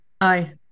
Aye